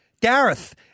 Gareth